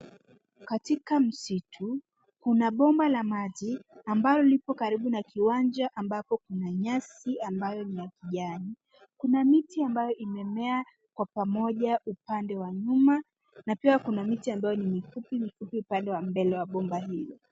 Katika msitu, kuna bomba la maji ambalo liko karibu na kiwanja ambapo kuna nyasi aina ya kijani. Kuna miti ambayo imemea kwa umoja upande wa nyuma na pia kuna miti ambayo ni mifupi mifupi mbele ya bomba hilo.